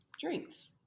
drinks